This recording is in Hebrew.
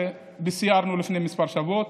שבה סיירנו לפני כמה שבועות,